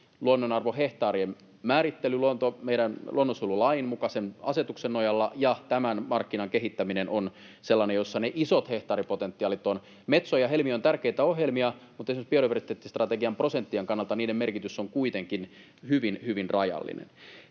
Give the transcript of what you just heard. Luonnonarvohehtaarien määrittely meidän luonnonsuojelulain mukaisen asetuksen nojalla ja tämän markkinan kehittäminen ovat sellaisia, joissa ne isot hehtaaripotentiaalit ovat. Metso ja Helmi ovat tärkeitä ohjelmia, mutta esimerkiksi biodiversiteettistrategian prosenttien kannalta niiden merkitys on kuitenkin hyvin, hyvin rajallinen.